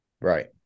Right